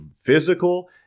physical